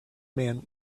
man